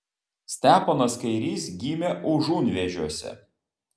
steponas kairys gimė užunvėžiuose